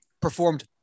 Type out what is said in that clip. performed